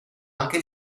anche